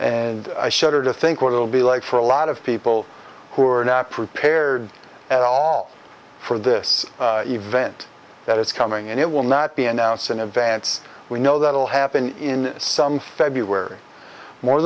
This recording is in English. and i shudder to think what it will be like for a lot of people who are not prepared at all for this event that it's coming and it will not be announced in advance we know that will happen in some february more